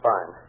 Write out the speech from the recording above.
Fine